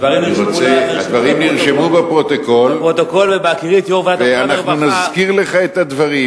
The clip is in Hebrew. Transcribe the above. הדברים נרשמו בפרוטוקול, ואנחנו נזכיר, בפרוטוקול,